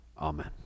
Amen